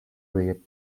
read